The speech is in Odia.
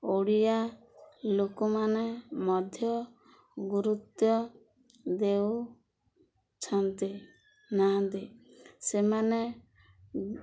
ଓଡ଼ିଆ ଲୋକମାନେ ମଧ୍ୟ ଗୁରୁତ୍ୱ ଦେଉଛନ୍ତି ନାହାନ୍ତି ସେମାନେ